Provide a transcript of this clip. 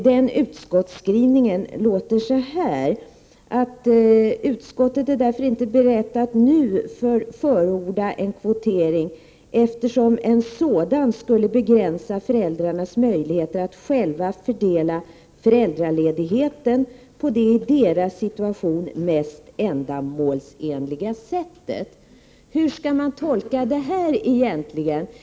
Denna utskottsskrivning lyder så här: ”Utskottet är därför inte berett att nu förorda en kvotering, eftersom en sådan skulle begränsa föräldrarnas möjligheter att själva fördela föräldraledigheten på det i deras situation mest ändamålsenliga sättet.” Hur skall man tolka detta?